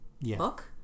book